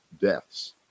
deaths